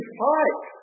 fight